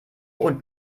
und